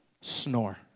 snore